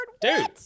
Dude